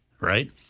right